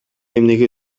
эмнеге